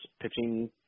pitching